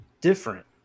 different